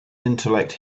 intellect